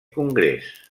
congrés